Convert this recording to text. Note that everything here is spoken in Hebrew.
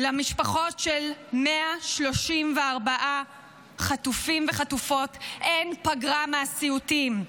למשפחות של 134 חטופים וחטופות אין פגרה מהסיוטים.